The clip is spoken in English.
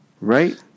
Right